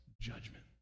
judgment